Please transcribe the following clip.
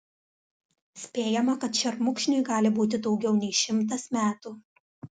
spėjama kad šermukšniui gali būti daugiau nei šimtas metų